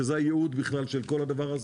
שזה בכלל הייעוד של כל הדבר הזה.